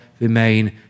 remain